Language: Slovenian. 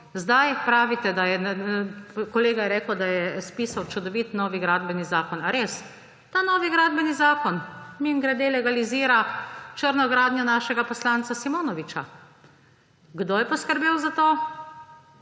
Sedaj pravite, kolega je rekel, da je spisal čudovit nov Gradbeni zakon. Ali res? Ta novi Gradbeni zakon, mimogrede, legalizira črno gradnjo našega poslanca Simonoviča. Kdo je poskrbel za to?